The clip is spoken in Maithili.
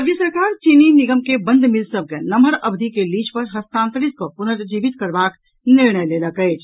राज्य सरकार चीनी निगम के बंद मिल सभ के नम्हर अवधि के लीज पर हस्तांतरित कऽ पुनर्जीवित करबाक निर्णय लेलक अछि